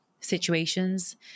situations